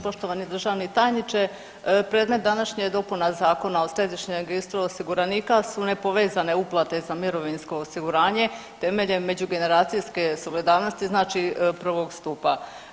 Poštovani državni tajniče, predmet današnje je dopuna Zakona o središnjem registru osiguranika su nepovezane uplate za mirovinsko osiguranje temeljem međugeneracijske solidarnosti znači prvog stupa.